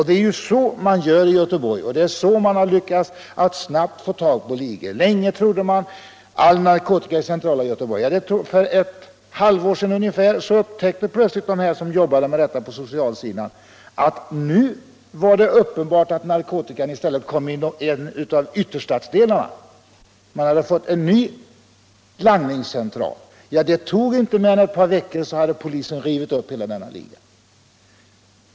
Det är så man gör i Göteborg. Det är så man snabbt lyckats få tag på ligor. Länge trodde man att all narkotika fanns i centrala Göteborg. För ett halvår sedan ungefär upptäckte de som arbetar med detta på den sociala sidan plötsligt att narkotikan uppenbart kom in i en av vtterstadsdelarna. Man hade fått en ny langningscentral. Det tog inte mer än ett par veckor så hade polisen rivit upp hela denna liga.